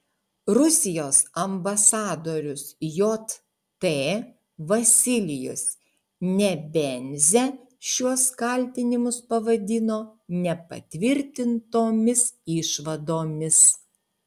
rusijos ambasadorius jt vasilijus nebenzia šiuos kaltinimus pavadino nepatvirtintomis išvadomis